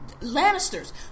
Lannisters